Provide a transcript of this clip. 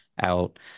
out –